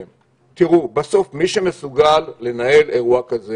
תראו, מי שבסוף מסוגל לנהל אירוע כזה